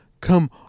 come